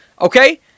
Okay